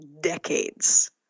decades